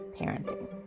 parenting